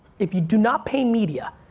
if you do not pay media,